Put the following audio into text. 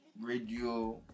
radio